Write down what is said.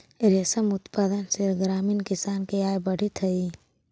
रेशम उत्पादन से ग्रामीण किसान के आय बढ़ित हइ